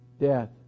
death